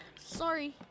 sorry